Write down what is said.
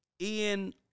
Ian